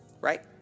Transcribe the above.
Right